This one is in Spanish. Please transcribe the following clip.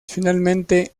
finalmente